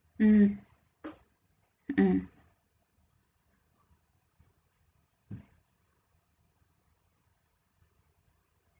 mm mm